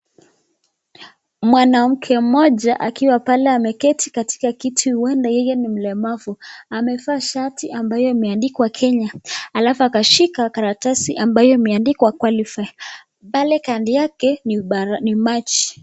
Mwanamke mmoja akiwa pale ameketi katika kiti uenda yeye ni mlemavu. Amevaa shati ambayo imeandikwa Kenya alafu akashika karatasi ambayo imeandikwa qualified . Pale kando yake ni maji.